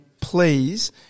please